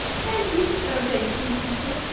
thank you, but i'm saying team super,